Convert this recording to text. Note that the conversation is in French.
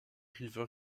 river